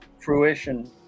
fruition